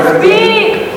מספיק.